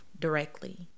directly